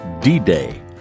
D-Day